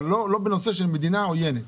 אבל לא בנושא של מדינה עוינת.